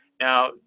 Now